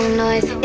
noise